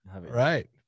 Right